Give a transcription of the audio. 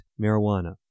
marijuana